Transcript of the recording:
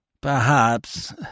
perhaps—